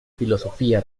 filosofía